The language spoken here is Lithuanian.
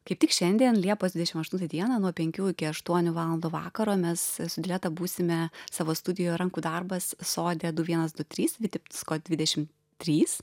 kaip tik šiandien liepos dvidešim aštuntą dieną nuo penkių iki aštuonių valandų vakaro mes su dileta būsime savo studijoj rankų darbas sode du vienas du trys vitebsko dvidešim trys